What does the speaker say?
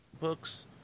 books